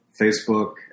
Facebook